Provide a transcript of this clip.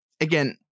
again